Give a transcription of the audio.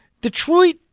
Detroit